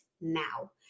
now